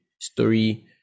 story